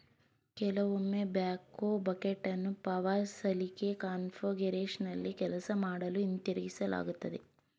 ಕೆಲವೊಮ್ಮೆ ಬ್ಯಾಕ್ಹೋ ಬಕೆಟನ್ನು ಪವರ್ ಸಲಿಕೆ ಕಾನ್ಫಿಗರೇಶನ್ನಲ್ಲಿ ಕೆಲಸ ಮಾಡಲು ಹಿಂತಿರುಗಿಸಲಾಗ್ತದೆ